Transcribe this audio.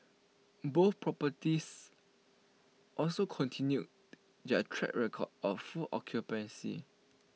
both properties also continued their track record of full occupancy